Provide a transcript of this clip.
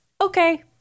okay